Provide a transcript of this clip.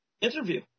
interview